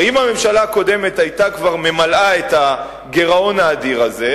הרי אם הממשלה הקודמת היתה כבר ממלאת את הגירעון האדיר הזה,